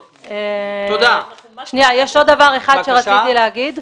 יש עוד דבר אחד שרציתי לומר.